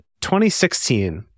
2016